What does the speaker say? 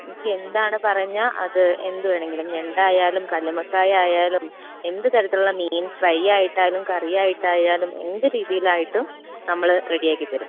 നിങ്ങൾക്ക് എന്താണ് പറഞ്ഞാൽ അത് എന്ത് വേണെങ്കിലും ഞണ്ടായാലും കല്ലുമ്മക്കായ ആയാലും എന്ത് തരത്തിലുള്ള മീൻ ഫ്രയ് ആയിട്ടായാലും കറിയായിട്ടായാലും എന്ത് രീതീലായിട്ടും നമ്മൾ റെഡി ആക്കി തരും